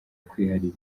kwiharira